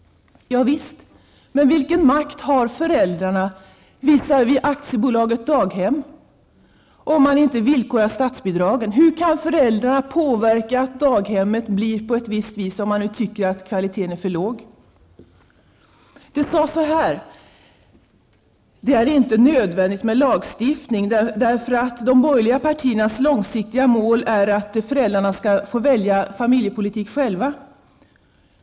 Javisst, men vilken makt har föräldrarna visavi AB Daghem, om man inte villkorar statsbidragen? Hur kan föräldrarna påverka att daghemmet blir på ett visst vis, om man nu tycker att kvaliteten är för låg? Det sades dessutom: Det är inte nödvändigt med lagstiftning, för de borgerliga partiernas långsiktiga mål är att föräldrarna skall få välja familjepolitik själva.